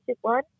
one